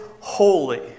holy